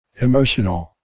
Emotional